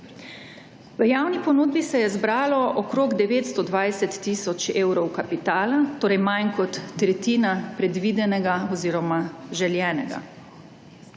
V javni ponudbi se je zbralo okrog 920 tisoč evrov kapitala, torej manj kot tretjina predvidenega oziroma želenega.